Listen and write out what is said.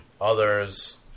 others